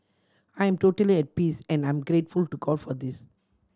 I am totally at peace and I'm grateful to God for this